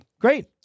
great